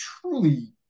truly